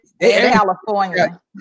California